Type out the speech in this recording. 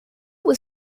was